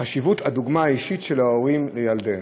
חשיבות הדוגמה האישית של ההורים לילדיהם".